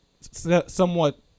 somewhat